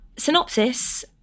Synopsis